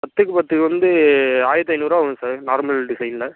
பத்துக்கு பத்து வந்து ஆயிரத்தி ஐநூறுரூவா வரும் சார் நார்மல் டிசைனில்